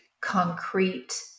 concrete